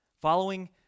Following